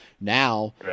now